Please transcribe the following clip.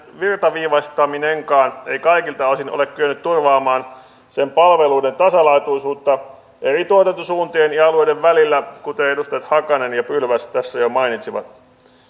virtaviivaistaminenkaan ei kaikilta osin ole kyennyt turvaamaan sen palveluiden tasalaatuisuutta eri tuotantosuuntien ja alueiden välillä kuten edustajat hakanen ja pylväs tässä jo mainitsivat